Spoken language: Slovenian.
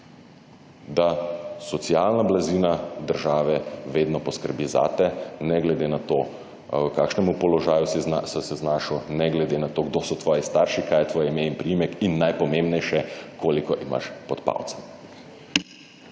da socialna blazina države vedno poskrbi zate, ne glede na to v kakšnem položaju si se znašel, ne glede na to kdo so tvoji starši, kaj je tvoj ime in priimek in najpomembnejše, koliko imaš pod palcem.